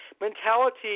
mentality